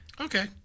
Okay